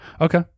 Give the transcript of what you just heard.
Okay